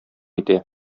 итә